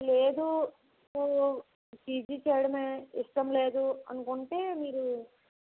లేదు మీకు పీజీ చెయ్యడం ఇష్టం లేదు అనుకుంటే మీరు